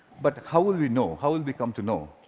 but how will we know? how will we come to know?